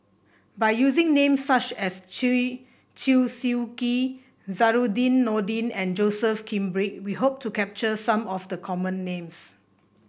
by using names such as Chew Chew Swee Kee Zainudin Nordin and Joseph Grimberg we hope to capture some of the common names